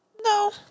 No